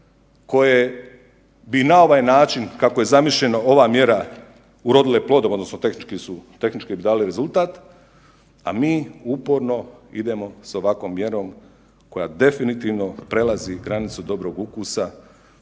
koje bi na ovaj način kako je zamišljena ova mjera urodila plodom odnosno tehnički bi dale rezultat, a mi uporno idemo s ovakvom mjerom koja definitivno prelazi granicu dobrog ukusa,